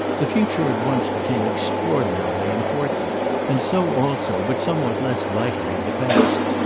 the future at once became extraordinarily important and so also, but somewhat less vitally, the past.